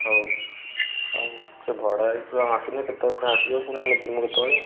ହଉ ଆଉ ସେ ଭଡ଼ା ଆସିନି କେତେବେଳ ପୁଣି ଆସିଯିବ ପୁଣି ଆମେ ଯିମୁ କେତେବେଳେ